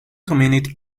community